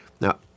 Now